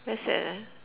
very sad leh